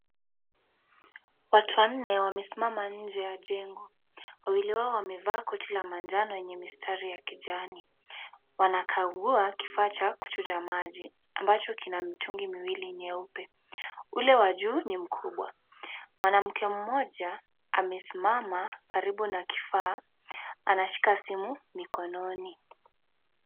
Watu wanne wamesimama nje ya jengo. Wawili wao wamevaa koti la manjano na yenye mistari ya kijani. Wanakagua kifaa cha kuchuja maji ambacho kina mitungi miwili nyeupe. Ule wa juu ni mkubwa. Mwanamke mmoja amesimama karibu na kifaa anashika simu mikononi.